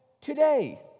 today